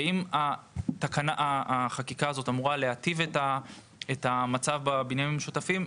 ואם החקיקה הזאת אמורה להיטיב את המצב בבניינים המשותפים,